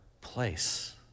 place